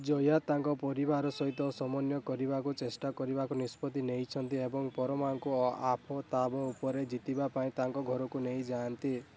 ଜୋୟା ତାଙ୍କ ପରିବାର ସହିତ ସମନ୍ୱୟ କରିବାକୁ ଚେଷ୍ଟା କରିବାକୁ ନିଷ୍ପତ୍ତି ନେଇଛନ୍ତି ଏବଂ ପରମାଙ୍କୁ ଆଫତାବ ଉପରେ ଜିତିବା ପାଇଁ ତାଙ୍କ ଘରକୁ ନେଇ ଯାଆନ୍ତି